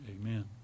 amen